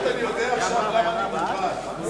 הודעת ראש הממשלה נתקבלה.